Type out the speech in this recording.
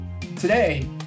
Today